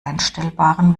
einstellbaren